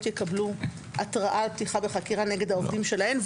יקבלו התרעה על פתיחה בחקירה נגד העובדים שלהן,